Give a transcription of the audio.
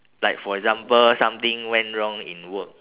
like for example something went wrong in work